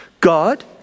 God